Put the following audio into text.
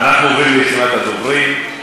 אנחנו עוברים לרשימת הדוברים.